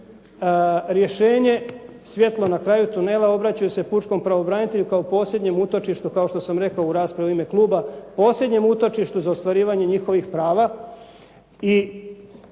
rješenje, svjetlo na kraju tunela obraćaju se pučkom pravobranitelju kao posljednjem utočištu kao što sam rekao u raspravi u ime kluba, posljednjem utočištu za ostvarivanje njihovih prava.